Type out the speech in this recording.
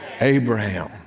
Abraham